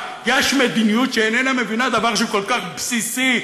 יש מדיניות שאיננה מבינה דבר שהוא כל כך בסיסי,